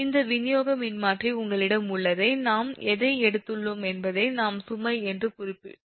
எனவே இந்த விநியோக மின்மாற்றி உங்களிடம் உள்ளதை நாம் எதை எடுத்துக்கொள்வோம் என்பதை நாம் சுமை என்று குறிப்பிடுகிறோம்